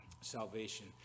salvation